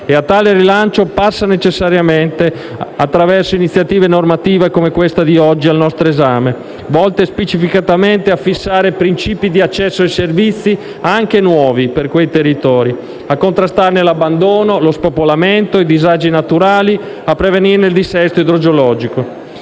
E tale rilancio passa necessariamente attraverso iniziative normative come questa oggi al nostro esame, volte specificamente a fissare principi di accesso ai servizi anche nuovi per quei territori, a contrastarne l'abbandono, lo spopolamento e i disagi naturali e a prevenirne il dissesto idrogeologico.